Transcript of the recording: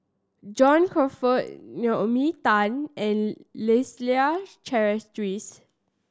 John Crawfurd Naomi Tan and Leslie Charteris